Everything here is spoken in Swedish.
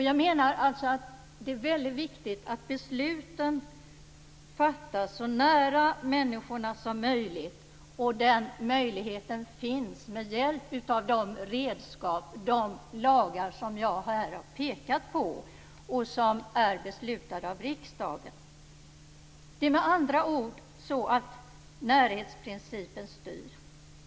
Jag menar att det är väldigt viktigt att besluten fattas så nära människorna som möjligt där möjligheten finns och med hjälp av de redskap, de lagar, som jag här har pekat på och som är beslutade av riksdagen. Det är med andra ord närhetsprincipen som styr.